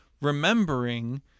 remembering